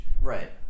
right